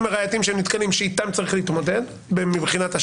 הראייתיים שנתקלים בהם שאיתם צריכים להתמודד בשטח,